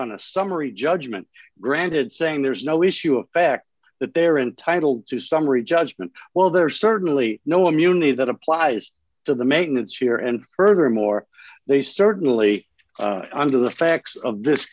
on a summary judgment granted saying there is no issue of fact that they are entitled to summary judgment while there are certainly no immunity that applies to the maintenance here and furthermore they certainly under the facts of this